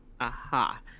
aha